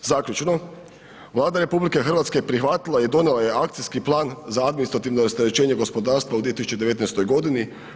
Zaključno, Vlada RH prihvatila je i donijela je Akcijski plan za administrativno rasterećenje gospodarstva u 2019. godini.